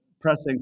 pressing